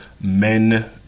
men